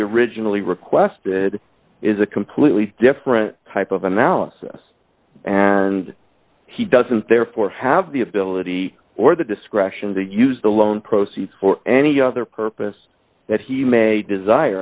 originally requested is a completely different type of analysis and he doesn't therefore have the ability or the discretion to use the loan proceeds for any other purpose that he may desire